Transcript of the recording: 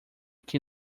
que